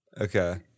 Okay